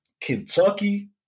Kentucky